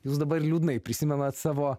jūs dabar liūdnai prisimenat savo